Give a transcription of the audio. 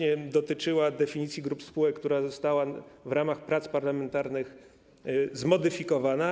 Jeden dotyczył właśnie definicji grup spółek, która została w ramach prac parlamentarnych zmodyfikowana.